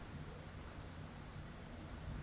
ছব রকমের পেমেল্ট ইলটারলেট থ্যাইকে হ্যয়